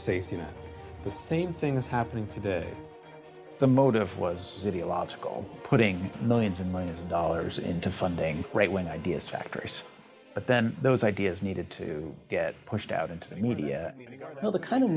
net the same things happening today the motive was illogical putting millions and millions of dollars into funding right wing ideas factors but then those ideas needed to get pushed out into the media you know the kind of